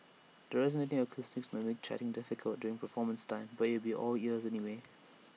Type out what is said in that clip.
the resonating acoustics might make chatting difficult during performance time but you will be all ears anyway